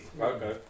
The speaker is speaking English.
Okay